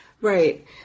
Right